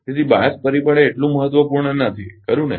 તેથી બાઅસ પરિબળ એ એટલું મહત્વપૂર્ણ નથી ખરુ ને